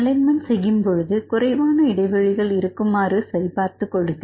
alignment செய்யும் பொழுதுகுறைவான இடைவெளிகள் இருக்குமாறு சரி பார்த்துக்கொள்ளுங்கள்